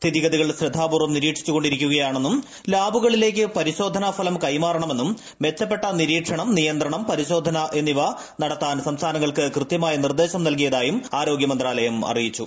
സ്ഥിതിഗതികൾ ശ്രദ്ധാപൂർവ്വം നിരീക്ഷിച്ചു കൊണ്ടിരിക്കുകയാണെന്നും ലാബുകളിലേക്ക് പരിശോധനാഫലം കൈമാറണമെന്നും മെച്ചപ്പെട്ട നിരീക്ഷണം നിയന്ത്രണം പരിശോധന എന്നിവ നടത്താൻ സംസ്ഥാനങ്ങൾക്ക് കൃത്യമായ നിർദേശം നൽകിയതായും ആരോഗ്യ മന്ത്രാലയം അറിയിച്ചു